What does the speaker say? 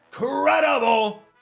incredible